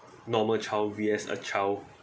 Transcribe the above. normal child versus a child